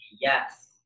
Yes